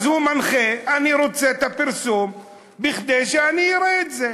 אז הוא מנחה: אני רוצה את הפרסום כדי שאני אראה את זה.